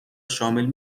شامل